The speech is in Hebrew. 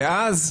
ואז,